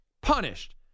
punished